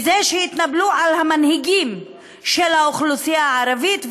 בזה שיתנפלו על המנהיגים של האוכלוסייה הערבית.